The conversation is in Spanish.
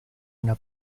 una